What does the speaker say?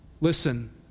Listen